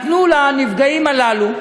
לנפגעים הללו,